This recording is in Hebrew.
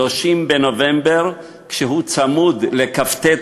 30 בנובמבר כשהוא צמוד לכ"ט בנובמבר,